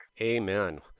Amen